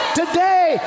today